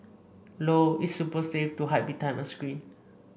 low its super safe to hide behind a screen